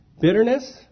Bitterness